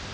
mm